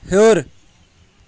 ہیوٚر